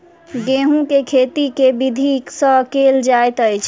गेंहूँ केँ खेती केँ विधि सँ केल जाइत अछि?